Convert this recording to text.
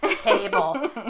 table